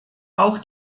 auch